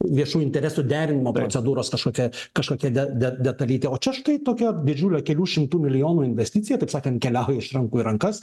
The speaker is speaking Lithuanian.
viešų interesų derinimo procedūros kažkokia kažkokia de de detalytė o čia štai tokia didžiulio kelių šimtų milijonų investicija taip sakant keliauja iš rankų į rankas